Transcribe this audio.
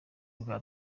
bwa